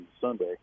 Sunday